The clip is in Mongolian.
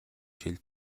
шил